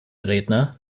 redner